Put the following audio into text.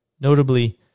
Notably